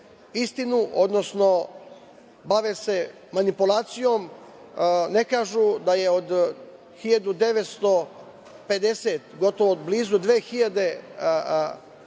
istinu, odnosno bave se manipulacijom. Ne kažu da je od 1.950, gotovo blizu 2.000